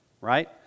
right